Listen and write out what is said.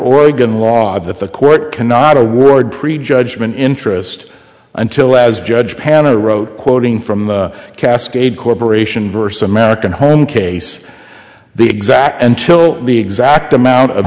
oregon law that the court cannot award prejudgment interest until as judge panel wrote quoting from the cascade corporation verse american home case the exact until the exact amount of